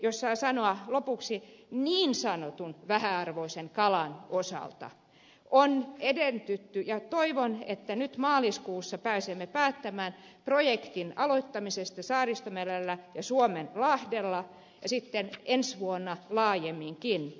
jos saan sanoa lopuksi niin sanotun vähäarvoisen kalan osalta on edetty ja toivon että nyt maaliskuussa pääsemme päättämään projektin aloittamisesta saaristomerellä ja suomenlahdella ja sitten ensi vuonna laajemminkin